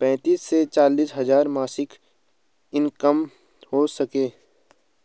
पैंतीस से चालीस हज़ार मासिक इनकम हो सके?